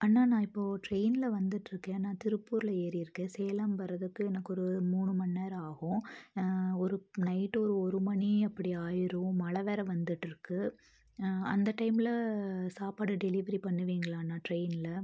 அண்ணா நான் இப்போது ட்ரெயினில் வந்துகிட்ருக்கேன் நான் திருப்பூரில் ஏறியிருக்கேன் சேலம் வரதுக்கு எனக்கு ஒரு மூணு மணி நேரம் ஆகும் ஒரு நைட்டு ஒரு மணி அப்படி ஆகிரும் மழை வேறு வந்துகிட்ருக்கு அந்த டைமில் சாப்பாடு டெலிவரி பண்ணுவீங்களா அண்ணா ட்ரெயினில்